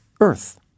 Earth